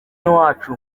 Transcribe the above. iwacu